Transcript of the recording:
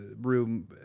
room